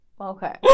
Okay